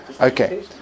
Okay